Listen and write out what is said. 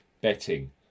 betting